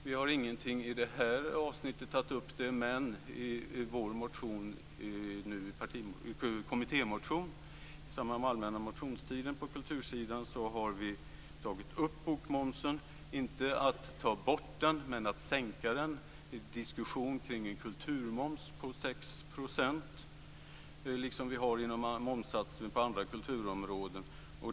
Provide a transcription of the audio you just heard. Vi har inte tagit upp den frågan i det här avsnittet, men i vår kommittémotion på kultursidan i samband med allmänna motionstiden har vi tagit upp bokmomsen, inte för att ta bort den men för att sänka den. Vi för en diskussion kring en kulturmoms på 6 %, liksom det finns momssatser på andra kulturområden.